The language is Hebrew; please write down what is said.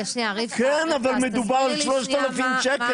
כן, אבל מדובר על 3,000 שקל.